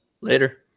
Later